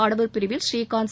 ஆடவர் பிரிவில் புரீகாந்த்